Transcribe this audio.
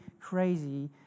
crazy